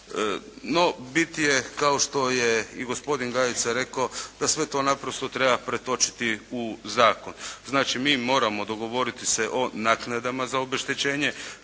No, bit je kao što je i gospodin Gajica rekao da sve to naprosto treba pretočiti u zakon. Znači, mi moramo dogovoriti se o naknadama za obeštećenje